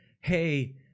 hey